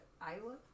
Iowa